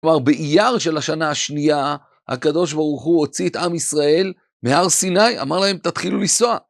כלומר, באייר של השנה השנייה, הקדוש ברוך הוא הוציא את עם ישראל מהר סיני, אמר להם, תתחילו לנסוע.